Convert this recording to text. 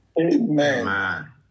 Amen